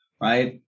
Right